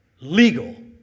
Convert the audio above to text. legal